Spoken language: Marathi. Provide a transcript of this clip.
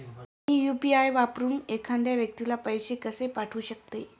मी यु.पी.आय वापरून एखाद्या व्यक्तीला पैसे कसे पाठवू शकते?